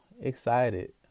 excited